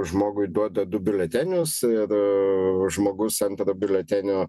žmogui duoda du biuletenius ir žmogus antro biuletenio